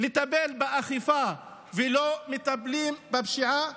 לטפל באכיפה, ולא מטפלים בפשיעה?